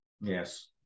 Yes